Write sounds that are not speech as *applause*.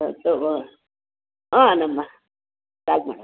*unintelligible* ಹಾಂ ನಮ್ಮ *unintelligible*